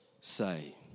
say